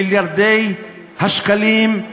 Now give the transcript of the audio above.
מיליארדי השקלים,